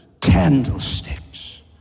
candlesticks